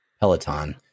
Peloton